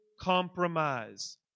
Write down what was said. compromise